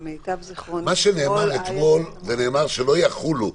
נאמר אתמול שלא יחולו.